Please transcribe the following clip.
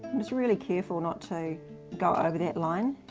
i'm just really careful not to go over that line,